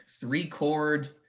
three-chord